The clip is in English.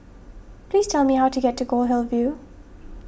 please tell me how to get to Goldhill View